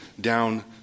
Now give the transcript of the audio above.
down